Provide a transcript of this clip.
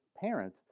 parent